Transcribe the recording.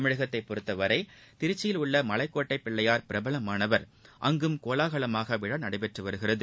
தமிழ்நாட்டை பொறுத்தவரை திருச்சியிலுள்ள மலைக்கோட்டை பிள்ளையார் பிரபலமானவர் அங்கும் கோலகலமாக விழா நடைபெறுகிறது